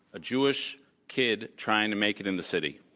a jewish kid trying to make it in the city.